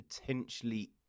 potentially